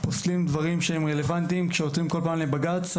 בג״ץ פוסלים עתירות רלוונטיות כמו עתירה על